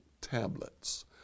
tablets